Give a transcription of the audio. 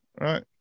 right